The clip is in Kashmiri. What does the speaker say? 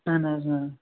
اَہَن حظ